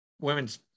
women's